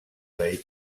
they